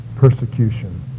Persecution